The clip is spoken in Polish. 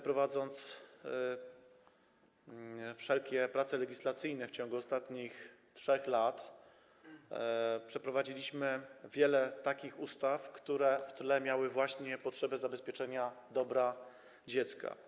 Prowadząc wszelkie prace legislacyjne w ciągu ostatnich 3 lat, przeprowadziliśmy wiele takich ustaw, które w tle miały właśnie potrzebę zabezpieczenia dobra dziecka.